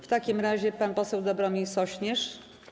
W takim razie pan poseł Dobromir Sośnierz.